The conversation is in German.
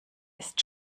ist